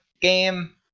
game